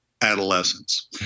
adolescence